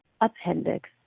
appendix